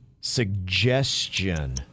suggestion